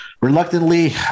reluctantly